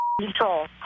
control